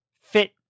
fit